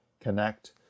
connect